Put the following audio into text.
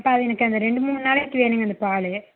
இப்போ அது எனக்கு அந்த ரெண்டு மூணு நாளைக்கு வேணுங்க அந்த பால்